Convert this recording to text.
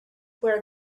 where